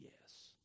yes